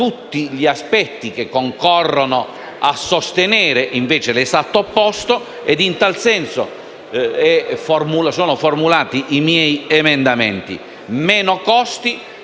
tutti gli aspetti che concorrono a sostenere l'esatto opposto, ed in tal senso sono formulati i miei emendamenti: meno costi,